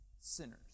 sinners